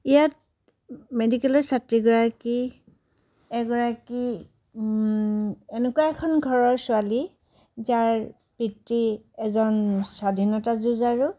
ইয়াত মেডিকেলৰ ছাত্ৰী গৰাকী এগৰাকী এনেকুৱা এখন ঘৰৰ ছোৱালী যাৰ পিতৃ এজন স্বাধীনতা যোজাৰোঁ